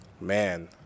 Man